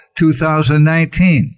2019